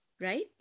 Right